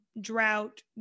drought